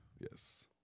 Yes